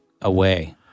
away